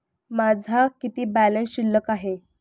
माझा किती बॅलन्स शिल्लक आहे?